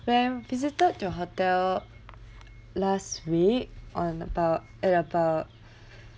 when visited your hotel last week on about at about